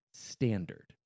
Standard